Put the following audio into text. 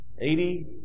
Eighty